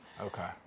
Okay